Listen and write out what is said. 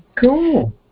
Cool